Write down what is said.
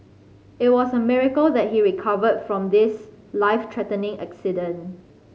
it was a miracle that he recovered from his life threatening accident